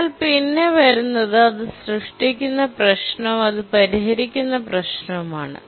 എന്നാൽ പിന്നെ വരുന്നത് അത് സൃഷ്ടിക്കുന്ന പ്രശ്നവും അത് പരിഹരിക്കുന്ന പ്രശ്നവുമാണ്